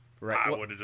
Right